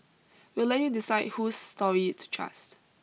we'll let you decide whose story to trust